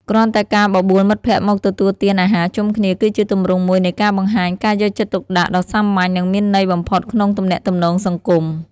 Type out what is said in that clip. គ្រាន់តែការបបួលមិត្តភក្តិមកទទួលទានអាហារជុំគ្នាគឺជាទម្រង់មួយនៃការបង្ហាញការយកចិត្តទុកដាក់ដ៏សាមញ្ញនិងមានន័យបំផុតក្នុងទំនាក់ទំនងសង្គម។